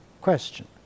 question